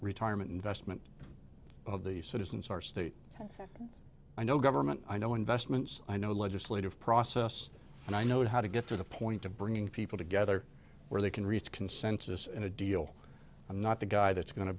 retirement investment of the citizens our state and i know government i know investments i know legislative process and i know how to get to the point of bringing people together where they can reach consensus and a deal i'm not the guy that's going to